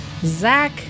Zach